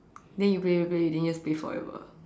then you play play play then you just play forever